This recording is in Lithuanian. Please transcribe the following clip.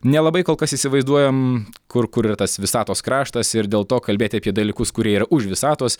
nelabai kol kas įsivaizduojam kur kur yra tas visatos kraštas ir dėl to kalbėti apie dalykus kurie yra už visatos